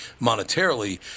monetarily